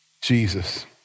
Jesus